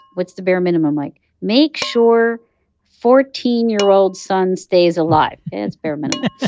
what's the bare minimum? like, make sure fourteen year old son stays alive. and that's bare minimum